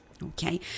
Okay